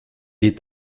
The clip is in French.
est